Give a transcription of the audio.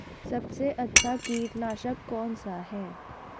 सबसे अच्छा कीटनाशक कौनसा है?